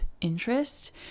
interest